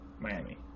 Miami